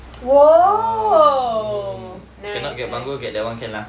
!whoa! nice nice